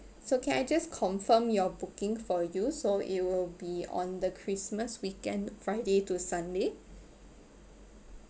so can I just confirm your booking for you so it will be on the christmas weekend friday to sunday